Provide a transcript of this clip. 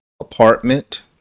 apartment